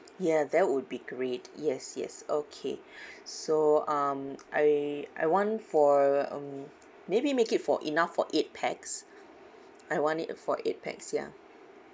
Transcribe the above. yeah that would be great yes yes okay so um I I want for um maybe make it for enough for eight pax I want it a for eight pax yeah